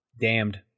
Damned